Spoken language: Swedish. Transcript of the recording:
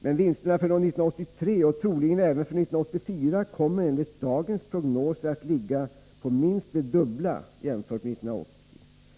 Men vinsterna för 1983 och troligen även för 1984 kommer enligt dagens prognoser att ligga på minst det dubbla jämfört med 1980.